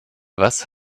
was